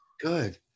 Good